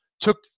took